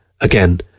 again